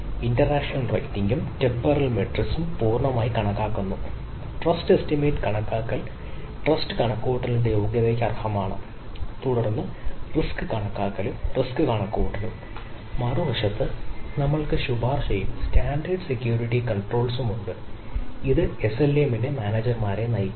interaction റേറ്റിംഗും temporal മെട്രിക്സും ഉണ്ട് അത് എസ്എൽഎയുടെ മാനേജർമാരെ നയിക്കുന്നു